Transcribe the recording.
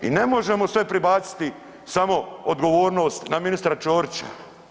I ne možemo sve pribaciti samo odgovornost na ministra Ćorića.